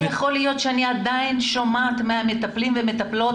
איך יכול להיות שאני עדיין שומעת מהמטפלים והמטפלות